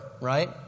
right